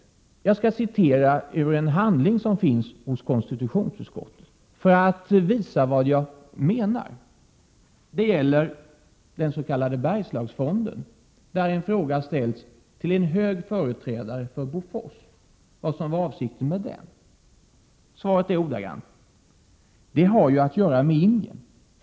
För att visa vad jag menar skall jag citera ur en handling som finns hos konstitutionsutskottet. Det gäller dens.k. Bergslagsfonden. En hög företrädare för Bofors får frågan vilken avsikten var med denna fond. Svaret lyder ordagrant: ”Det har ju att göra med Indien.